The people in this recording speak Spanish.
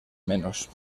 menos